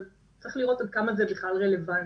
אבל צריך לראות עד כמה זה בכלל רלוונטי,